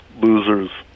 losers